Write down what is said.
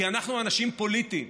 כי אנחנו אנשים פוליטיים,